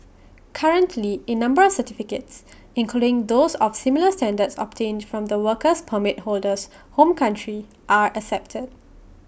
currently A number of certificates including those of similar standards obtained from the works permit holder's home country are accepted